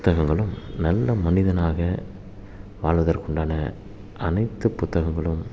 புத்தகங்களும் நல்ல மனிதனாக வாழ்வதற்கு உண்டான அனைத்து புத்தகங்களும்